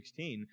16